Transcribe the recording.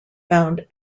found